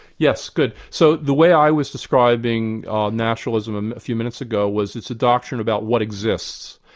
yes, good. so the way i was describing naturalism a few minutes ago was it's a doctrine about what exists.